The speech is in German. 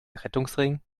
rettungsring